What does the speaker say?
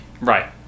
Right